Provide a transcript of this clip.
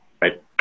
Right